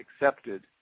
accepted